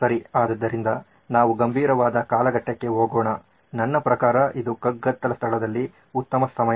ಆದ್ದರಿಂದ ನಾವು ಗಂಭೀರವಾದ ಕಾಲಘಟ್ಟಕ್ಕೆ ಹೋಗೋಣ ನನ್ನ ಪ್ರಕಾರ ಇದು ಕಗ್ಗತ್ತಲ ಸ್ಥಳದಲ್ಲಿ ಉತ್ತಮ ಸಮಯ